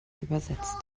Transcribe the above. übersetzt